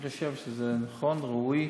אני חושב שזה נכון, וראוי